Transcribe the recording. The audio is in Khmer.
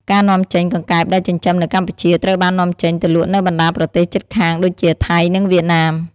ការនាំចេញ កង្កែបដែលចិញ្ចឹមនៅកម្ពុជាត្រូវបាននាំចេញទៅលក់នៅបណ្ដាប្រទេសជិតខាងដូចជា ថៃ និងវៀតណាម។